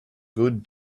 good